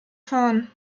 fahren